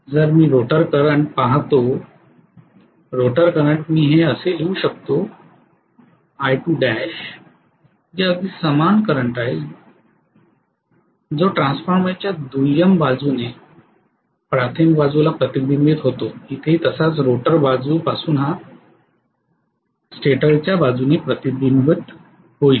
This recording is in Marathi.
जर मी रोटर करंट पाहतो रोटर करंट मी हे असे लिहू शकतो I2l जे अगदी समान करंट आहे जो ट्रान्सफॉर्मरच्या दुय्यम बाजूने प्राथमिक बाजूला प्रतिबिंबित होतो इथेही तसाच रोटर बाजू पासून हा स्टेटरच्या बाजूने प्रतिबिंबित होईल